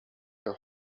her